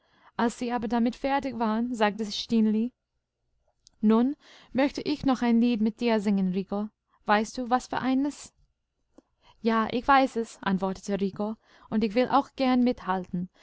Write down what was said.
als sie aber damit fertig waren sagte stineli nun möchte ich noch ein lied mit dir singen rico weißt du was für eines ja ich weiß es antwortete